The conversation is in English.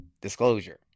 disclosure